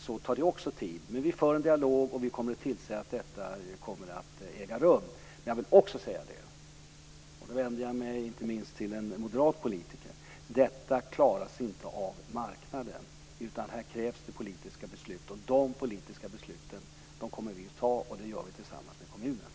Vi för dock en dialog, och vi kommer att tillse att dessa åtgärder vidtas. Jag vill också säga, inte minst när jag vänder mig till en moderat politiker, att detta inte klaras av marknaden, utan det krävs här politiska beslut. Dessa politiska beslut kommer vi att ta, och det ska vi göra tillsammans med kommunerna.